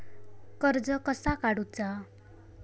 कर्ज कसा काडूचा?